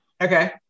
Okay